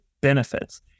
benefits